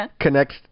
connect